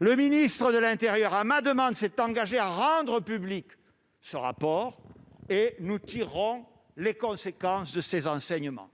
Le ministre de l'intérieur, à ma demande, s'est engagé à rendre public ce rapport, dont nous tirerons les enseignements.